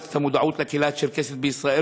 את המודעות לקהילה הצ'רקסית בישראל,